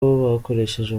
bakoresheje